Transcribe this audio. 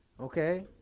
okay